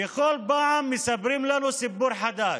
וכל פעם מספרים לנו סיפור חדש.